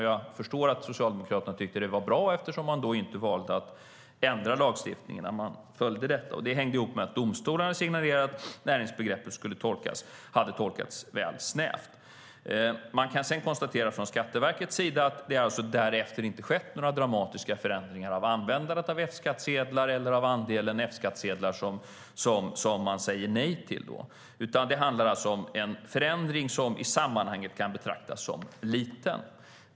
Jag förstår att Socialdemokraterna tyckte att det var bra, eftersom man inte valde att ändra lagstiftningen när man följde detta. Det hängde ihop med att domstolarna signalerade att näringsbegreppet hade tolkats väl snävt. Man konstaterar sedan från Skatteverkets sida att det därefter inte skett några dramatiska förändringar av användandet av F-skattsedlar eller av andelen F-skattsedlar som man säger nej till, utan det handlar om en förändring som i sammanhanget kan betraktas som liten.